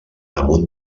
damunt